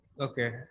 Okay